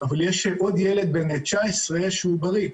אבל יש עוד ילד בן 19 שהוא בריא.